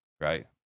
Right